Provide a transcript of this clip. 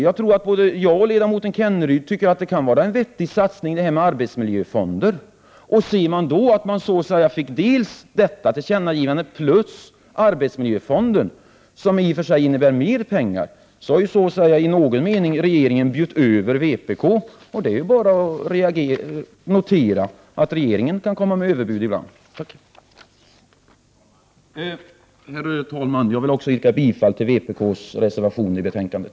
Jag tror att både jag och ledamoten Kenneryd tycker att arbetsmiljöfonder kan vara en vettig satsning. Om man då ser det som att man fick detta tillkännagivande plus arbetsmiljöfonden, som i och för sig innebär mer pengar, har regeringen i viss mening bjudit över vpk. Det är bara att notera att regeringen kan komma med överbud ibland. Herr talman! Jag vill också yrka bifall till vpk:s reservationer i betänkandet.